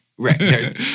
Right